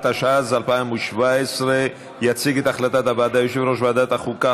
התשע"ז 2017. יציג את הצעת הוועדה יושב-ראש ועדת החוקה,